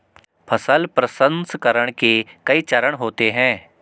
फसल प्रसंसकरण के कई चरण होते हैं